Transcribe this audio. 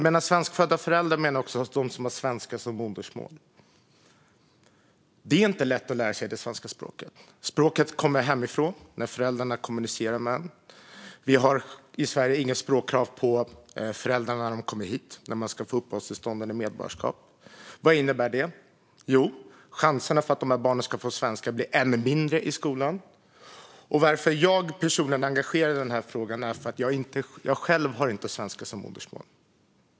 Med svenskfödda föräldrar menar jag de som har svenska som modersmål. Det är inte lätt att lära sig det svenska språket. Språket kommer hemifrån, när föräldrarna kommunicerar med barnet. I Sverige har vi inget språkkrav på föräldrarna när de kommer hit, för att få uppehållstillstånd eller medborgarskap. Vad innebär det? Jo, chanserna att barnen ska lära sig svenska i skolan blir ännu mindre. Att jag personligen är engagerad i denna fråga beror på att jag inte själv har svenska som modersmål.